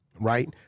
right